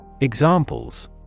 Examples